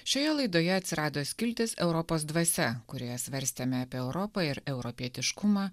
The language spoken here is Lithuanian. šioje laidoje atsirado skiltis europos dvasia kurioje svarstėme apie europą ir europietiškumą